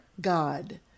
God